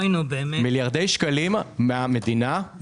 מיליארדי שקלים מהמדינה, מאוצר המדינה.